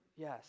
yes